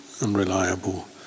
unreliable